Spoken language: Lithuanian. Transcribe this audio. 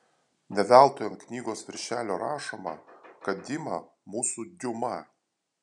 ne veltui ant knygos virželio rašoma kad dima mūsų diuma